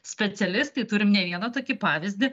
specialistai turim ne vieną tokį pavyzdį